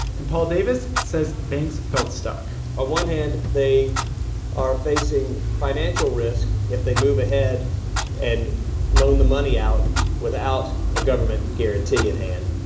and paul davis says banks felt stuck on ah one hand, they are facing financial risk if they move ahead and loan the money out without a government guarantee in hand.